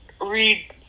read